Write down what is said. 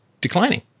declining